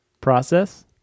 process